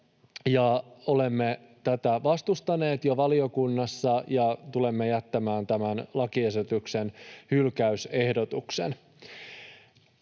Olemme tätä vastustaneet jo valiokunnassa, ja tulemme jättämään tämän lakiesityksen hylkäysehdotuksen.